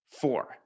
Four